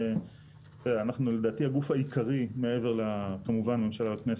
אנחנו לדעתי הגוף העיקרי מעבר כמובן לממשלה והכנסת,